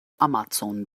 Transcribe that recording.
amazon